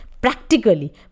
practically